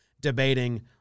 debating